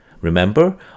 Remember